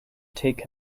take